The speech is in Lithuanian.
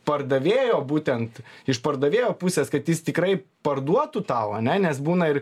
pardavėjo būtent iš pardavėjo pusės kad jis tikrai parduotų tau ane nes būna ir